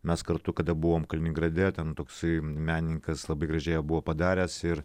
mes kartu kada buvome kaliningrade ten toksai menininkas labai gražiai buvo padaręs ir